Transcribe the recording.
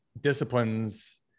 disciplines